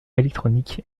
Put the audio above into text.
électronique